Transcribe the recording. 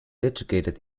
educated